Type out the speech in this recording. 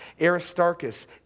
Aristarchus